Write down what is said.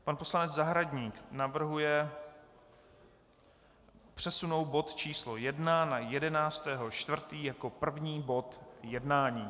Pan poslanec Zahradník navrhuje přesunout bod číslo 1 na 11. 4. jako první bod jednání.